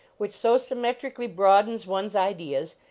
which so symmetrically broadens one s ideas,